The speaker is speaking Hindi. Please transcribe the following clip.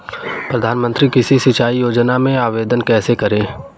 प्रधानमंत्री कृषि सिंचाई योजना में आवेदन कैसे करें?